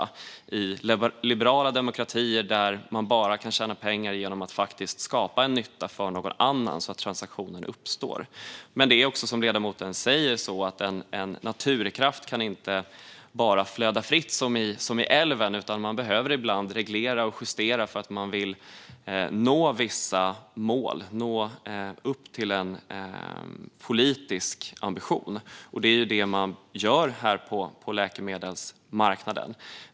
Så är det i liberala demokratier, där man bara kan tjäna pengar genom att faktiskt skapa en nytta för någon annan, så att transaktioner uppstår. Men det är också som ledamoten säger att en naturkraft inte bara kan flöda fritt som älven, utan ibland behöver man reglera och justera den för att man vill nå vissa mål och vissa politiska ambitioner. Det är detta man gör på läkemedelsmarknaden.